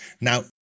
Now